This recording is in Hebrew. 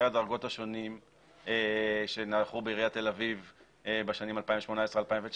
הדרגות השונים שנערכו בעיריית תל אביב בשנים 2019-2018,